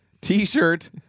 t-shirt